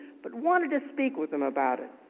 but wanted to speak with him about it.